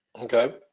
Okay